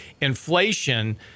inflation